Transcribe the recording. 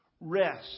Rest